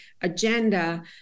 agenda